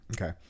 okay